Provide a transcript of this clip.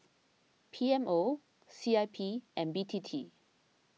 P M O C I P and B T T